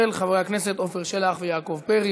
של חברי הכנסת עפר שלח ויעקב פרי.